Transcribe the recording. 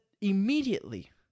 immediately